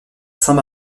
saint